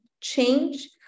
change